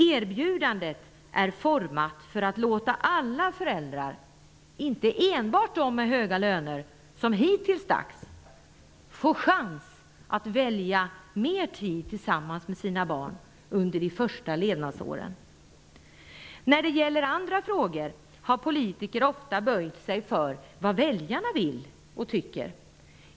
Erbjudandet är format för att låta alla föräldrar, inte enbart dem med höga löner som hittills, få chans att välja mer tid tillsammans med sina barn under barnens första levnadsår. Beträffande andra frågor har politiker ofta böjt sig för vad väljarna vill och tycker.